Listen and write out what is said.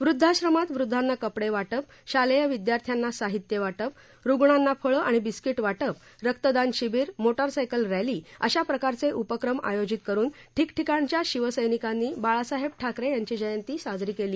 वृद्धाश्रमात वृद्धांना कपडे वाटप शालेय विदयार्थ्यांना साहित्य वाटप रुग्णांना फळं आणि बिस्कीटं वाटप रक्तदान शिबीर मोटारसायकल रॅली अशा प्रकारचे उपक्रम आयोजित करून ठिकठिकाणच्या शिवसैनिकांनी बाळासाहेब ठाकरे यांची जयंती साजरी केली